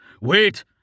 Wait